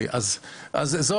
אז זו